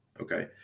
Okay